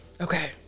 Okay